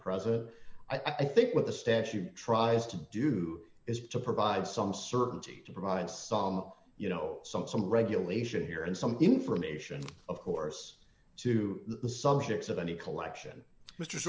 present i think what the statute tries to do is to provide some certainty to provide saw you know some some regulation here and some information of course to the subjects of any collection mr